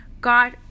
God